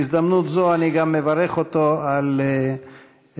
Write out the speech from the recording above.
בהזדמנות זו אני גם מברך אותו על יום